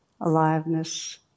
aliveness